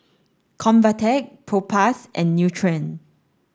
Convatec Propass and Nutren